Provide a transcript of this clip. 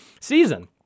season